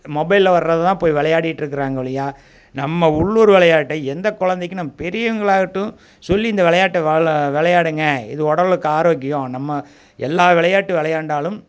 மொபைலில் வரதுதான் இப்போ விளையாடிட்ருக்குறாங்க ஒழிய நம்ம உள்ளூர் விளையாட்ட எந்த குழந்தைக்கும் நம்ம பெரியவர்களாகட்டும் சொல்லி இந்த விளையாட்டு வௌ விளையாடுங்க இது உடலுக்கு ஆரோக்கியம் நம்ம எல்லா விளையாட்டு விளையாண்டாலும்